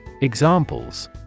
Examples